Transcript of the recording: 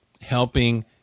helping